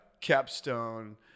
capstone